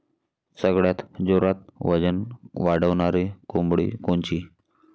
सगळ्यात जोरात वजन वाढणारी कोंबडी कोनची?